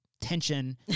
tension